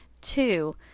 Two